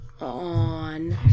on